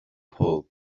pulled